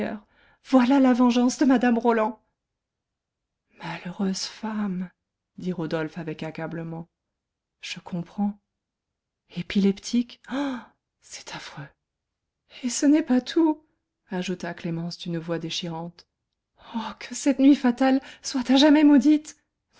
voilà la vengeance de mme roland malheureuse femme dit rodolphe avec accablement je comprends épileptique ah c'est affreux et ce n'est pas tout ajouta clémence d'une voix déchirante oh que cette nuit fatale soit à jamais maudite